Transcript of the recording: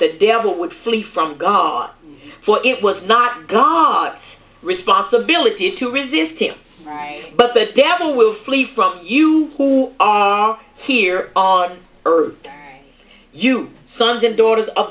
the devil would flee from god for it was not guards responsibility to resist him but the devil will flee from you who are here on earth you sons and daughters of